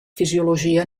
fisiologia